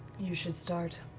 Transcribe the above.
you should start